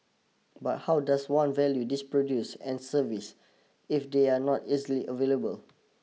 but how does one value these produce and service if they are not easily available